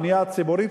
הבנייה הציבורית,